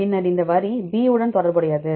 பின்னர் இந்த வரி B உடன் தொடர்புடையது